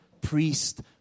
priest